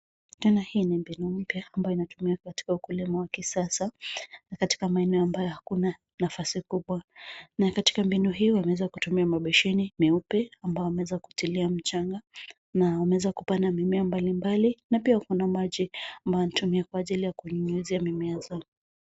Tena hii ni mbinu mpya ambayo inatumika katika ukulima wa kisasa katika maeneo ambayo hakuna nafasi kubwa na katika mbinu hiyo wameweza kutumia mabaseni meupe ambayo yameweza kutilia mchanga na wameweza kupanda mimea mbalimbali na pia kuna maji ambayo yanatumiwa kunyunyizia mimea zao.